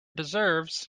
deserves